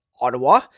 Ottawa